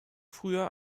früh